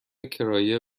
کرایه